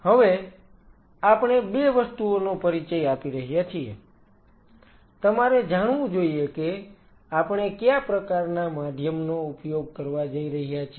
હવે આપણે 2 વસ્તુઓનો પરિચય આપી રહ્યા છીએ તમારે જાણવું જોઈએ કે આપણે કયા પ્રકારના માધ્યમનો ઉપયોગ કરવા જઈ રહ્યા છીએ